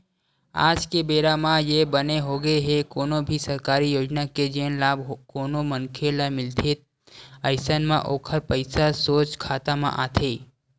आज के बेरा म ये बने होगे हे कोनो भी सरकारी योजना के जेन लाभ कोनो मनखे ल मिलथे अइसन म ओखर पइसा सोझ खाता म आथे